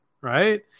right